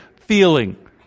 feeling